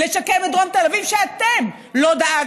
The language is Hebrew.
לשקם את דרום תל אביב,